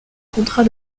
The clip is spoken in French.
contrat